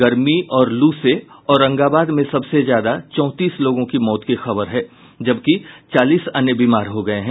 गर्मी और लू से औरंगाबाद में सबसे ज्यादा चौंतीस लोगों के मौत की खबर है जबकि चालीस अन्य बीमार हो गए हैं